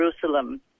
Jerusalem